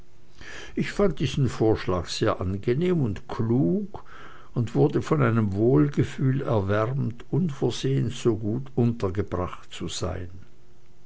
ich fand diesen vorschlag sehr angenehm und klug und wurde von einem wohlgefühl erwärmt unversehens so gut untergebracht zu sein